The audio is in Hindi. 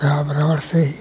पर्यावरण से ही